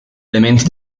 elementi